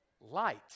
light